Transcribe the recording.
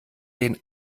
den